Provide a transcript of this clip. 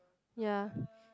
ya